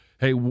Hey